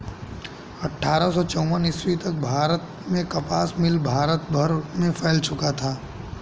अट्ठारह सौ चौवन ईस्वी तक भारत में कपास मिल भारत भर में फैल चुका था